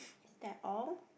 is that all